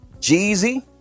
Jeezy